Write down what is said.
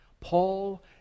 Paul